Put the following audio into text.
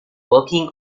working